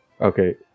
Okay